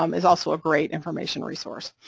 um is also a great information resource,